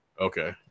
Okay